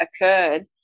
occurred